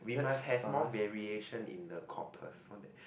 we must have more variation in the corpus so that